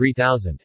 3000